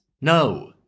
No